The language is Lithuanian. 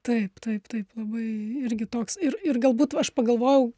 taip taip taip labai irgi toks ir ir galbūt aš pagalvojau